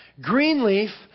Greenleaf